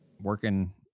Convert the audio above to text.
working